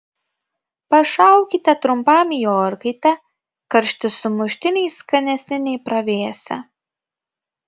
pašaukite trumpam į orkaitę karšti sumuštiniai skanesni nei pravėsę